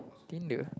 Tinder